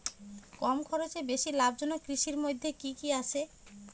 কম খরচে বেশি লাভজনক কৃষির মইধ্যে কি কি আসে?